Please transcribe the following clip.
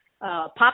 pop